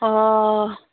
অঁ